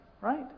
right